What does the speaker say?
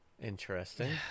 Interesting